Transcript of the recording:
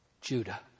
Judah